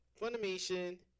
Funimation